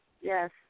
yes